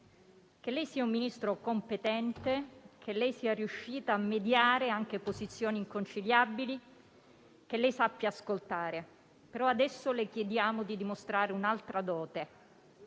che lei sia un Ministro competente, che lei sia riuscita a mediare anche posizioni inconciliabili e che lei sappia ascoltare. Però adesso le chiediamo di dimostrare un'altra dote: